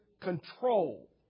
control